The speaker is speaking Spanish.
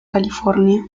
california